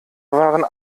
waren